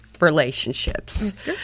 relationships